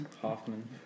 Hoffman